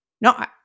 No